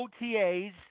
OTAs